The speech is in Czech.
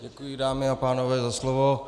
Děkuji, dámy a pánové, za slovo.